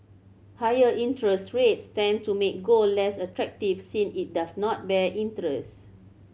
higher interest rates tend to make gold less attractive since it does not bear interest